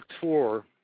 tour